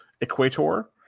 equator